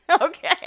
okay